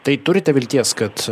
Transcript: tai turite vilties kad